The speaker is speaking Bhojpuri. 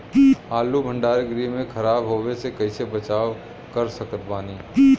आलू भंडार गृह में खराब होवे से कइसे बचाव कर सकत बानी?